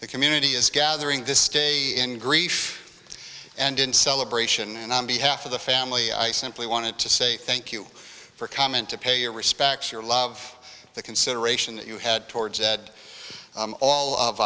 the community is gathering this day in grief and in celebration and on behalf of the family i simply wanted to say thank you for comment to pay your respects your love the consideration you had towards ed all